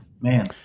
man